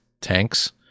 tanks